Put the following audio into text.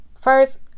first